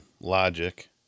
Logic